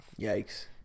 Yikes